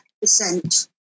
percent